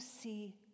see